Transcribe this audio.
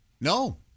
No